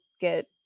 get